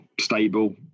stable